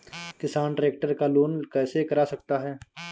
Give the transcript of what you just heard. किसान ट्रैक्टर का लोन कैसे करा सकता है?